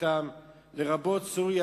לרבות סוריה,